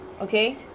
okay